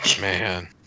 Man